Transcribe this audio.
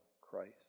Christ